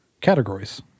categories